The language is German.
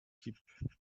kipp